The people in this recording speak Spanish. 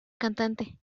cantante